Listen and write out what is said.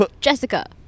Jessica